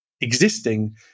existing